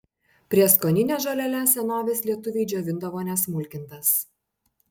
prieskonines žoleles senovės lietuviai džiovindavo nesmulkintas